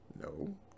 No